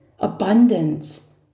abundance